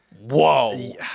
Whoa